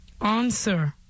Answer